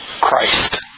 Christ